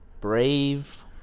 Brave